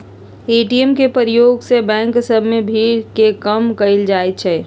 ATM के प्रयोग से बैंक सभ में भीड़ के कम कएल जाइ छै